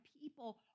people